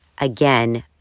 again